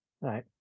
Right